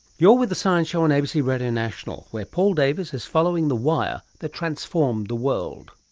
you're with the science show on abc radio national where paul davies is following the wire that transformed the world.